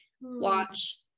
watch